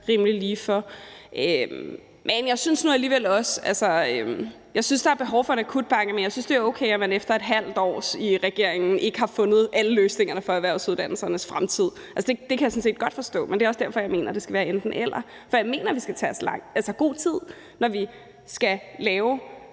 meget lige for. Jeg synes, at der er behov for en akutpakke, men jeg synes, at det er okay, at man efter ½ år i regering ikke har fundet alle løsningerne for erhvervsuddannelsernes fremtid. Det kan jeg sådan set godt forstå. Men det er også derfor, at jeg ikke mener, at det skal være enten-eller. For jeg mener, at vi skal tage os god tid. Når vi skal lave